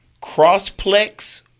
Crossplex